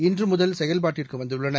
இன்றுமுதல் செயல்பாட்டிற்குவந்துள்ளன